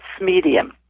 medium